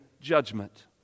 judgment